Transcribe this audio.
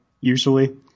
usually